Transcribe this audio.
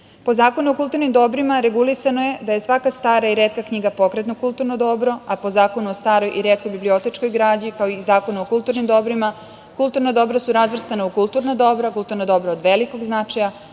zakonu o kulturnim dobrima regulisano je da je svaka stara i retka knjiga pokretno kulturno dobro, a po Zakonu o staroj i retkoj bibliotečkoj građi, kao i Zakonu o kulturnim dobrima, kulturna dobra su razvrstana u kulturna dobra, kulturna dobra od velikog značaja